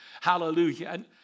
Hallelujah